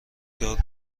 دار